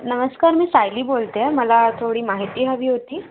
नमस्कार मी सायली बोलते आहे मला थोडी माहिती हवी होती